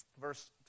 Verse